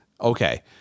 Okay